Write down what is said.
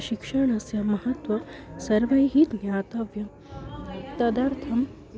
शिक्षणस्य महत्त्वं सर्वैः ज्ञातव्यं तदर्थं